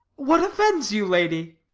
what offends you, lady?